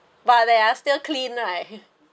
but they are still clean right